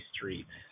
Street